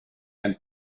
and